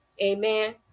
Amen